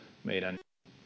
meidän